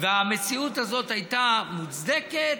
והמציאות הזאת הייתה מוצדקת,